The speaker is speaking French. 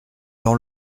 dans